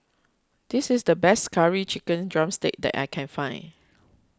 this is the best Curry Chicken Drumstick that I can find